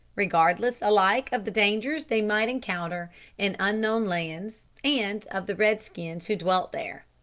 regardless alike of the dangers they might encounter in unknown lands and of the red-skins who dwelt there.